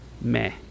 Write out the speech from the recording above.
meh